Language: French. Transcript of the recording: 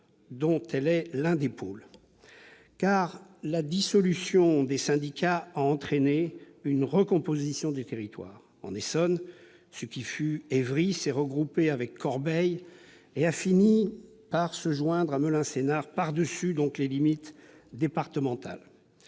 Sud Seine-Essonne-Sénart. La dissolution des syndicats a en effet entraîné une recomposition des territoires. En Essonne, ce qui fut Évry s'est regroupé avec Corbeil, et a fini par se joindre à Melun-Sénart, par-delà les limites départementales,